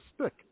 stick